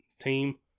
team